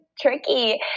Tricky